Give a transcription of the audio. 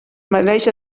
mereix